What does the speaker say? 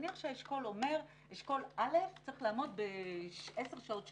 נניח שאשכול א' צריך לעמוד ב-10 שעות שבועיות.